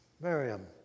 Miriam